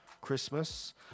Christmas